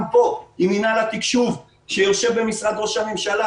פה עם מינהל התקשוב שיושב במשרד ראש הממשלה,